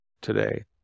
Today